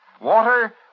Water